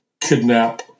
kidnap